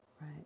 right